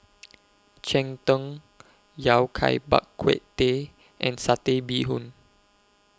Cheng Tng Yao Cai Bak Kut Teh and Satay Bee Hoon